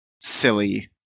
silly